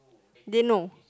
they know